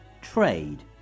Trade